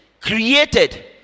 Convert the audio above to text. created